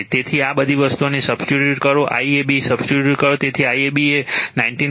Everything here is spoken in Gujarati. તેથી આ બધી વસ્તુઓને સબસ્ટિટ્યૂટ કરો IAB સબસ્ટિટ્યૂટ કરો તેથી IAB એ 19